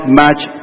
match